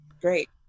great